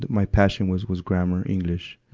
my passion was, was grammar, english.